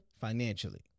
financially